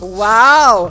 wow